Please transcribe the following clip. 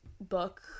book